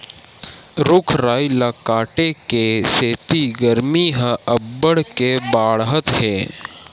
रूख राई ल काटे के सेती गरमी ह अब्बड़ के बाड़हत हे